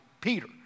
Peter